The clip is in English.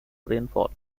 rainfall